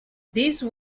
these